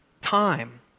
time